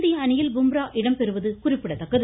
இந்திய அணியில் பும்ரா இடம்பெறுவது குறிப்பிடத்தக்கது